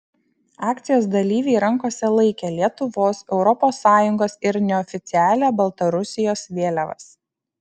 akcijos dalyviai rankose laikė lietuvos europos sąjungos ir neoficialią baltarusijos vėliavas